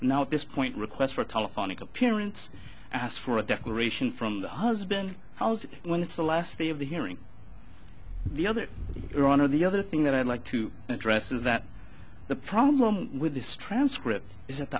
now at this point request for a telephonic appearance ask for a declaration from the husband house when it's the last day of the hearing the other or on of the other thing that i'd like to address is that the problem with this transcript isn't th